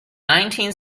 nineteen